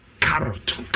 carrot